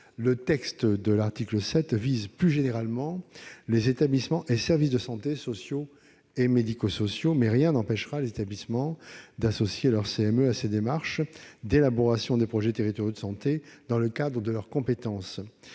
le texte de l'article 7 vise, plus généralement, les établissements et services de santé, sociaux et médico-sociaux, mais rien n'empêchera les établissements d'associer leurs CME à ces démarches d'élaboration des projets territoriaux de santé, dans le cadre de leurs compétences.